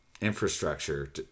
infrastructure